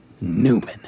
Newman